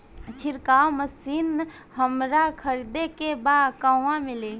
छिरकाव मशिन हमरा खरीदे के बा कहवा मिली?